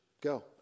go